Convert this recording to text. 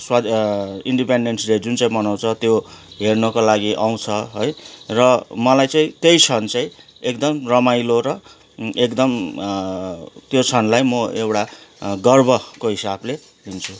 स्वाधीन independence day जुन चाहिँ मनाउँछ त्यो हेर्नुको लागि त्यो आउँछ है र मलाई चाहिँ त्यही क्षण चाहिँ एकदम रमाइलो र एकदम त्यो क्षणलाई म एउटा गर्वको हिसाबले लिन्छु